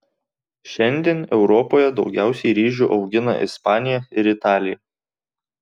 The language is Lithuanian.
šiandien europoje daugiausiai ryžių augina ispanija ir italija